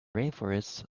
rainforests